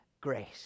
grace